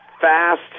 fast